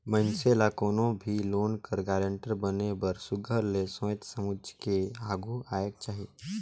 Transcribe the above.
मइनसे ल कोनो भी लोन कर गारंटर बने बर सुग्घर ले सोंएच समुझ के आघु आएक चाही